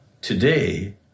today